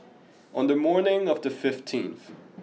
on the morning of the fifteenth